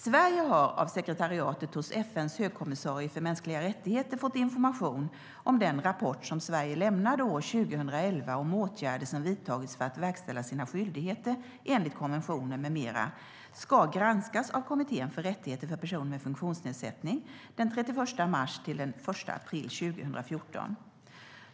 Sverige har av sekretariatet hos FN:s högkommissarie för mänskliga rättigheter fått information om att den rapport som Sverige lämnade år 2011 om åtgärder som vidtagits för att verkställa sina skyldigheter enligt konventionen med mera ska granskas av Kommittén för rättigheter för personer med funktionsnedsättning den 31 mars-1 april 2014.